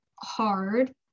hard